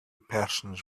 persons